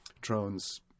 drones